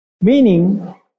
meaning